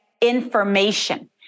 information